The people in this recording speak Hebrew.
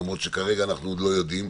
למרות שכרגע אנחנו עוד לא יודעים,